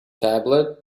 tablet